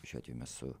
šiuo atveju mes su